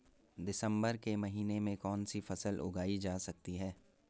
दिसम्बर के महीने में कौन सी फसल उगाई जा सकती है?